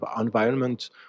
environment